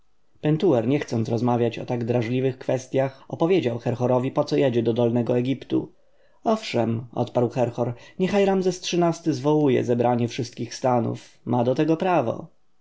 pentuer nie chcąc rozmawiać o tak drażliwych kwestjach opowiedział herhorowi poco jedzie do dolnego egiptu owszem odparł herhor niechaj ramzes xiii-ty zwołuje zebranie wszystkich stanów ma do tego prawo